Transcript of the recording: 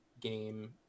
game